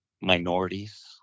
minorities